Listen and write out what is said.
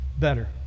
better